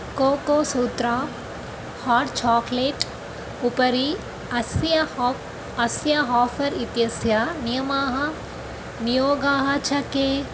Cocosutra hot chocolate उपरि अस्य हा अस्य आफर् इत्यस्य नियमाः नियोगाः च के